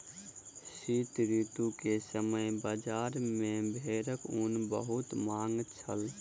शीत ऋतू के समय बजार में भेड़क ऊन के बहुत मांग छल